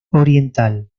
oriental